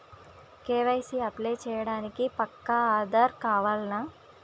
KYC apply చేయనీకి పక్కా ఆధార్ కావాల్నా?